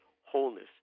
wholeness